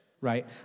right